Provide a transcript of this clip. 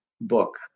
book